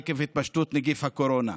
עקב התפשטות נגיף הקורונה.